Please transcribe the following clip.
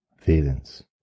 feelings